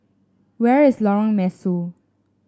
where is Lorong Mesu